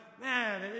man